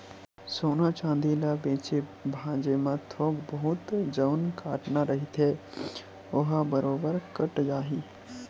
सोना चांदी ल बेंचे भांजे म थोक बहुत जउन कटना रहिथे ओहा बरोबर कट जाही